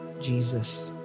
Jesus